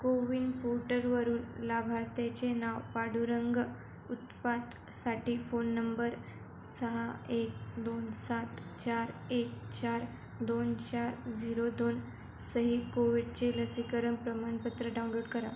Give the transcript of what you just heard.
कोविन पोर्टरवरून लाभार्थ्याचे नाव पांडुरंग उत्पातसाठी फोन नंबर सहा एक दोन सात चार एक चार दोन चार झिरो दोन सहित कोविडचे लसीकरण प्रमाणपत्र डाउनलोड करा